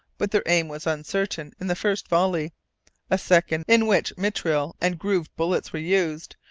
but their aim was uncertain in the first volley a second, in which mitraille and grooved bullets were used,